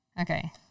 Okay